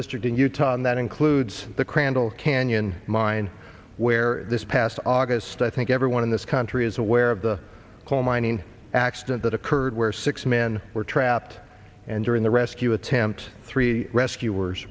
district in utah and that includes the crandall canyon mine where this past august i think everyone in this country is aware of the coal mining accident that occurred where six men were trapped and during the rescue attempt three rescuers